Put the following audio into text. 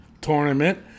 tournament